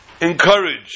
encourage